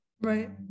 Right